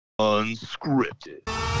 Unscripted